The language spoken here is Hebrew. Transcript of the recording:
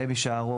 והם,